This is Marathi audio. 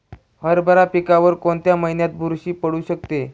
हरभरा पिकावर कोणत्या महिन्यात बुरशी पडू शकते?